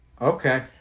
Okay